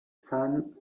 sun